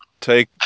take